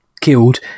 killed